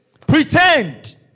Pretend